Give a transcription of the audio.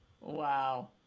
Wow